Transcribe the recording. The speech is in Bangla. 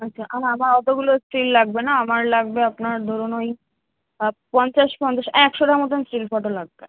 আচ্ছা আমার অতগুলো স্টিল লাগবে না আমার লাগবে আপনার ধরুন ওই পঞ্চাশ পঞ্চাশ একশোটা মতন স্টিল ফটো লাগবে